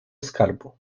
skarbu